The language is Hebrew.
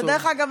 ודרך אגב,